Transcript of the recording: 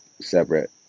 separate